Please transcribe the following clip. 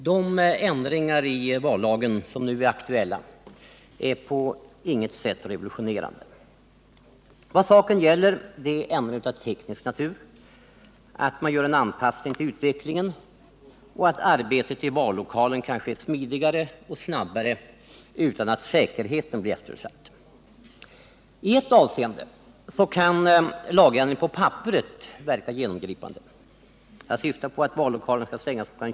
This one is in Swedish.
Herr talman! De ändringar i vallagen som nu är aktuella är på inget sätt revolutionerande. Vad saken gäller är ändringar av teknisk natur, att man gör en anpassning till utvecklingen och att arbetet i vallokalen kan ske smidigare och snabbare utan att säkerheten blir eftersatt. I ett avseende kan lagändringen på papperet verka genomgripande — jag syftar på att vallokalerna skall stängas kl.